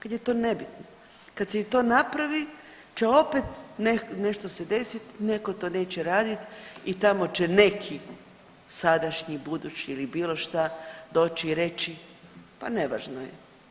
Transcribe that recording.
Kad je to nebitno, kad se i to napravi će opet nešto se desiti, netko to neće raditi, i tamo će neki sadašnji, budući ili bilo šta, doći i reći pa nevažno je.